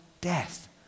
death